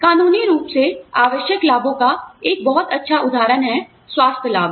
कानूनी रूप से आवश्यक लाभों का एक बहुत अच्छा उदाहरण है स्वास्थ्य लाभ